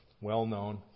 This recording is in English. well-known